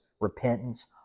repentance